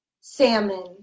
salmon